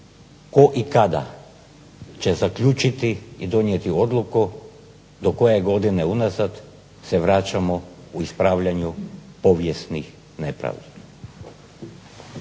Tko i kada će zaključiti i donijeti odluku do koje godine unazad se vraćamo u ispravljanju povijesnih nepravdi?